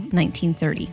1930